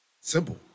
Simple